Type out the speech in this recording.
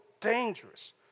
dangerous